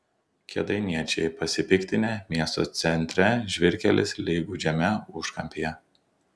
kėdainiečiai pasipiktinę miesto centre žvyrkelis lyg gūdžiame užkampyje